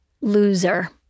loser